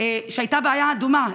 שהייתה בעיה דומה.